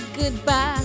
goodbye